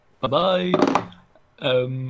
Bye-bye